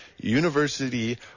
University